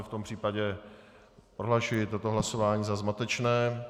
V tom případě prohlašuji toto hlasování za zmatečné.